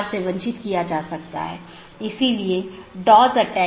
गम्यता reachability की जानकारी update message द्वारा आदान प्रदान की जाती है